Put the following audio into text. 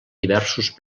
diversos